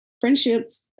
friendships